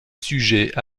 sujet